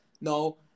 no